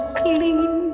clean